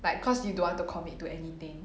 like cause you don't want to commit to anything